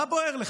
מה בוער לך?